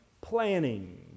planning